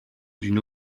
d’une